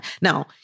Now